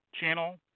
channel